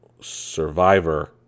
Survivor